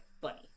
bunny